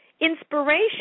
inspiration